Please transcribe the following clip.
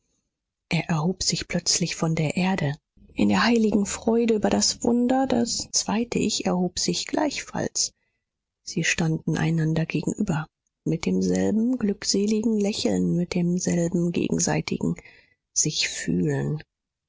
er erhob sich plötzlich von der erde in der heiligen freude über das wunder das zweite ich erhob sich gleichfalls sie standen einander gegenüber mit demselben glückseligen lächeln mit demselben gegenseitigen sichfühlen